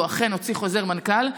והוא אכן הוציא חוזר מנכ"ל.